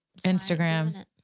Instagram